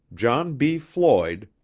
john b. floyd,